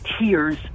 tears